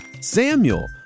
Samuel